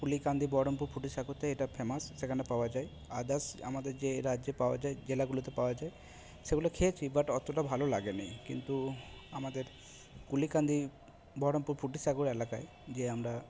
কুলিকান্দি বহরমপুর ফুটিসাঁকোতে এটা ফেমাস সেখানে পাওয়া যায় আদার্স আমাদের যে রাজ্যে পাওয়া যায় জেলাগুলোতে পাওয়া যায় সেগুলো খেয়েছি বাট অতটা ভালো লাগেনি কিন্তু আমাদের কুলিকান্দি বহরমপুর ফুটিসাঁকোর এলাকায় যে আমরা